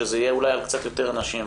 אז אולי יהיו קצת יותר נשים,